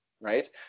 right